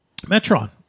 Metron